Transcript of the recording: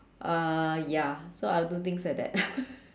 uh ya so I'll do things like that